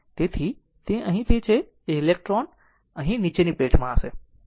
તેથી અહીં તે છે કે ઇલેક્ટ્રોન અહીં નીચેની પ્લેટમાં હશે